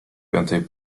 piątej